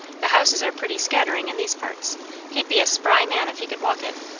the houses are pretty scattering in these parts he'd be a spry man if he could walk it.